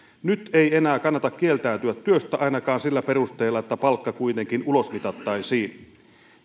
nyt ei enää kannata kieltäytyä työstä ainakaan sillä perusteella että palkka kuitenkin ulosmitattaisiin